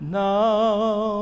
now